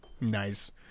Nice